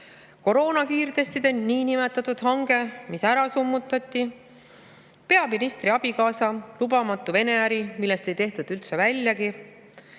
koroonakiirtestide niinimetatud hange, mis summutati; peaministri abikaasa lubamatu Vene äri, millest ei tehtud üldse väljagi;